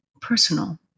personal